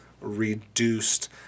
reduced